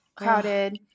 Crowded